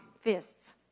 fists